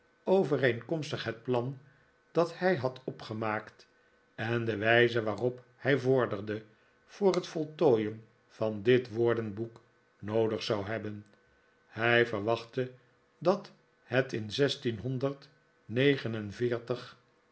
overeenkomstig het plan dat hij had opgemaakt en de wijze waarop hij vorderde voor het voltooien van dit woordenboek noodig zou hebben hij vefwachtte dat het in